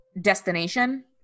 destination